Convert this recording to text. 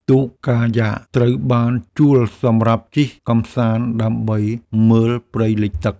ទូកកាយ៉ាក់ ត្រូវបានជួលសម្រាប់ជិះកម្សាន្តដើម្បីមើលព្រៃលិចទឹក។